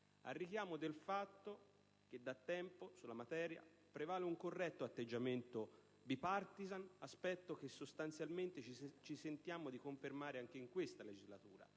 a richiamo del fatto che da tempo sulla materia prevale un corretto atteggiamento *bipartisan*, che sostanzialmente ci sentiamo di confermare anche in questa legislatura,